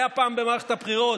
היה פעם במערכת הבחירות,